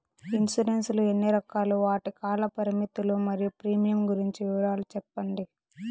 Insurance లు ఎన్ని రకాలు? వాటి కాల పరిమితులు మరియు ప్రీమియం గురించి వివరాలు సెప్పండి?